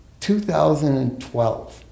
2012